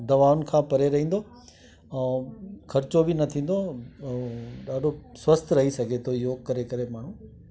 दवाउनि खां परे रहींदो ऐं खर्चो बि न थींदो ऐं ॾाढो स्वस्थ रई सघे थो योग करे करे माण्हू